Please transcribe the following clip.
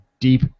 deep